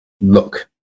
look